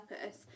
purpose